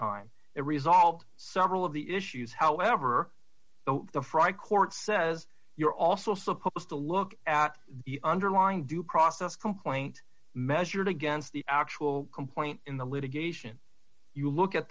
time to resolve several of the issues however the fry court says you're also supposed to look at the underlying due process complaint measured against the actual complaint in the litigation you look at